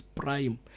prime